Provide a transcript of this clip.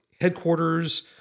headquarters